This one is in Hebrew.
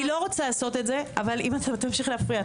אני לא רוצה לעשות את זה אבל אם תמשיך להפריע,